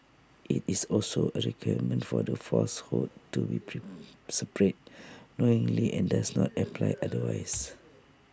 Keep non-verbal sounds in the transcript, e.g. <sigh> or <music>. IT is also A requirement for the falsehood to be <unintelligible> spread knowingly and does not apply otherwise